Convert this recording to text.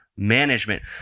Management